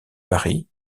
paris